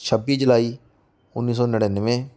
ਛੱਬੀ ਜੁਲਾਈ ਉੱਨੀ ਸੌ ਨੜਿੱਨਵੇਂ